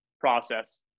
process